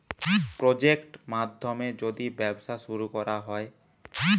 project মাধ্যমে যদি ব্যবসা শুরু করা হয়